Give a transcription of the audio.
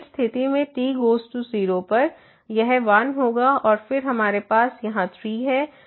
तो इस स्थिति में t गोज़ टू 0 पर यह 1 होगा और फिर हमारे पास यहाँ 3 है